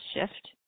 shift